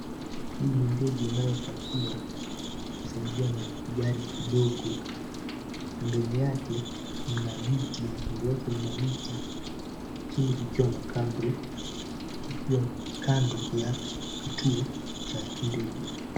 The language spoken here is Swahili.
Hii ni ndege inayopakiwa ikisaidiwa na kigari kidogo mbele yake mna miti na kando yake mna miti chini kukiwa na cabro ikiwa kando ya kituo cha ndege.